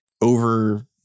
over